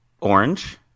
Orange